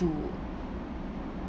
to